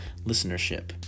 listenership